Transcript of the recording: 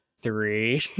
Three